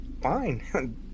fine